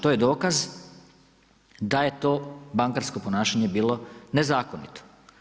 To je dokaz da je to bankarsko ponašanje bilo nezakonito.